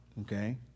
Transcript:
Okay